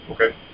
Okay